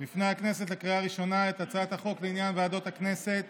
בפני הכנסת בקריאה ראשונה את הצעת החוק לעניין ועדות הכנסת